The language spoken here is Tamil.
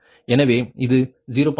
எனவே இது 0